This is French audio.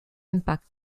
impact